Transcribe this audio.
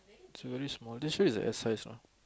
it's very small you sure is S size or not